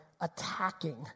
attacking